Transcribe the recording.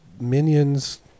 minions